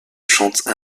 chante